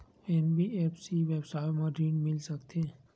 NBFC व्यवसाय मा ऋण मिल सकत हे